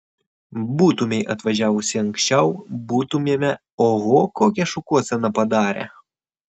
būtumei atvažiavusi anksčiau būtumėme oho kokią šukuoseną padarę